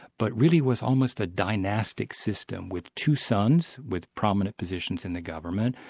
but really was almost a dynastic system, with two sons with prominent positions in the government,